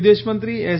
વિદેશમંત્રી એસ